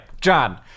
john